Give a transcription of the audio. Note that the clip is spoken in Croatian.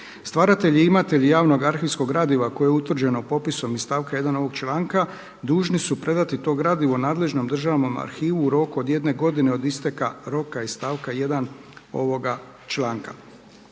Stvaratelji i imatelji javnog arhivskog gradiva koje je utvrđeno popisom iz stavka 1. ovog članka dužni su predati to gradivo nadležnom Državnom arhivu u roku od jedne godine od isteka roka iz stavka 1. ovoga članka.